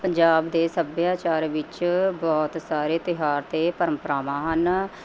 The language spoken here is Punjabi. ਪੰਜਾਬ ਦੇ ਸੱਭਿਆਚਾਰ ਵਿੱਚ ਬਹੁਤ ਸਾਰੇ ਤਿਉਹਾਰ ਅਤੇ ਪਰੰਪਰਾਵਾਂ ਹਨ